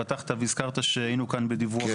אתה פתחת והזכרת שאנחנו אחרי דיווח